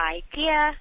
idea